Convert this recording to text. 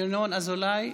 ינון אזולאי,